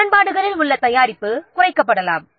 எனவே முரண்பாடுகளில் உள்ள தயாரிப்பு குறைக்கப்படலாம்